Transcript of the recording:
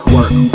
Work